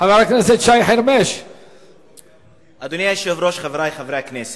חבר הכנסת נסים זאב אומר: תתפתחו בקהילה שלכם.